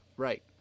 Right